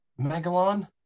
megalon